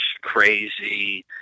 crazy